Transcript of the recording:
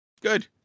good